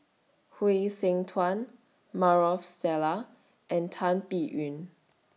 Hsu Tse Maarof Salleh and Tan Biyun